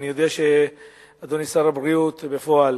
אני יודע, אדוני שר הבריאות בפועל,